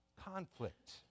conflict